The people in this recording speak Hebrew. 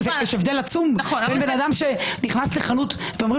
יש הבדל עצום בין אדם שנכנס לחנות ואומרים